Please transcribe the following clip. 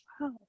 wow